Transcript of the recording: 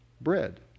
bread